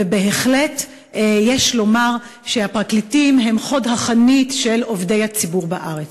ובהחלט יש לומר שהפרקליטים הם חוד החנית של עובדי הציבור בארץ.